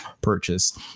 purchase